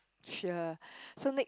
sure so ne~